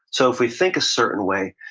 so if we think a certain way,